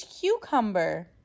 Cucumber